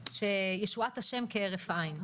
ישועת השם כהרף עין.